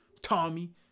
Tommy